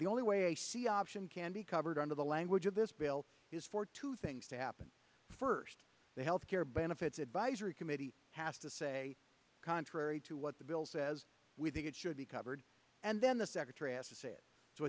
the only way she option can be covered under the language of this bill is for two things to happen first the health care benefits advisory committee has to say contrary to what the bill says we think it should be covered and then the secretary has to say it so